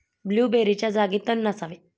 ब्लूबेरीच्या जागी तण नसावे